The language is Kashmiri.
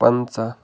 پَنٛژاہ